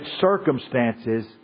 circumstances